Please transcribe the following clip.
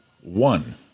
one